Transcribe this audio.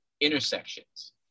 intersections